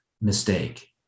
mistake